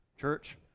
church